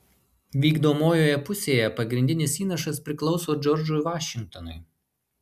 vykdomojoje pusėje pagrindinis įnašas priklauso džordžui vašingtonui